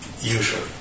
usually